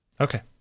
Okay